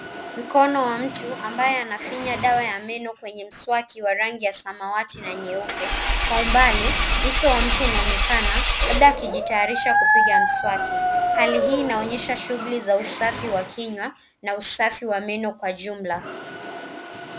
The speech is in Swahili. Mkono wa mtu ambaye ana finya dawa ya meno kwenye mswaki wa rangi ya samawati na nyeupe kwa umbali uso wa mtu unaonekana labda akijitayarisha kupiga mswaki hali hii inaonyesha shughuli za usafi wa kinywa na usafi wa meno kwa jumla.